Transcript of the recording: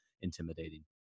intimidating